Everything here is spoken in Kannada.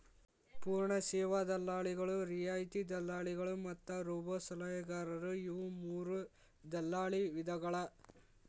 ಪೂರ್ಣ ಸೇವಾ ದಲ್ಲಾಳಿಗಳು, ರಿಯಾಯಿತಿ ದಲ್ಲಾಳಿಗಳು ಮತ್ತ ರೋಬೋಸಲಹೆಗಾರರು ಇವು ಮೂರೂ ದಲ್ಲಾಳಿ ವಿಧಗಳ